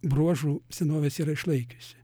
bruožų senovės yra išlaikiusi